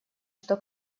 что